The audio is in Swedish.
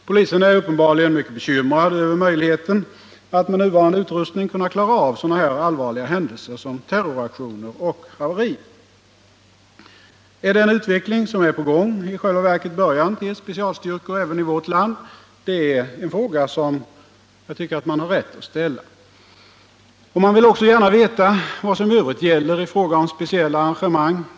Polisen är uppenbarligen mycket bekymrad över möjligheten att med nuvarande utrustning kunna klara av sådana allvarliga händelser som terroraktioner och haverier. Är den utveckling som är på gång i själva verket början till specialstyrkor även i vårt land? Det är en fråga som jag tycker att man har rätt att ställa. Och man vill också gärna veta vad som i övrigt gäller i fråga om speciella arrangemang.